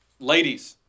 ladies